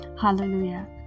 Hallelujah